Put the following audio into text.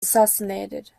assassinated